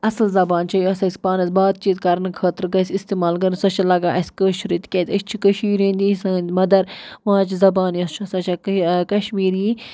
اَصٕل زبان چھےٚ یۄس اَسہِ پانَس بات چیٖت کَرنہٕ خٲطرٕ گژھِ اِستعمال کَرُن سۄ چھےٚ لگان اَسہِ کٲشرے تِکیٛازِ أسۍ چھِ کٔشیٖرِ ہٕنٛدی سٲنۍ مَدر ماجہِ زَبان یۄس چھے سۄ چھےٚ کشمیٖری